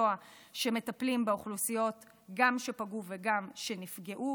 מקצוע שמטפלים גם באוכלוסיות שפגעו וגם באוכלוסיות שנפגעו.